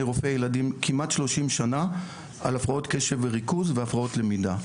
רופאי ילדים כמעט 30 שנה על הפרעות קשב וריכוז והפרעות למידה,